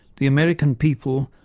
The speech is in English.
the american people,